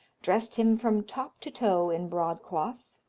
dressed him from top to toe in broadcloth,